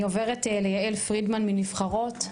אני עוברת ליעל פרידמן מ"נבחרות".